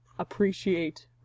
Appreciate